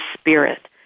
spirit